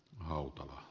hautala